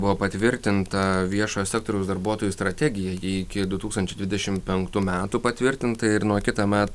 buvo patvirtinta viešojo sektoriaus darbuotojų strategija ji iki du tūkstančiai dvidešim penktų metų patvirtinta ir nuo kitąmet